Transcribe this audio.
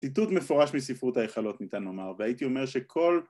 ציטוט מפורש מספרות ההיכלות ניתן לומר, והייתי אומר שכל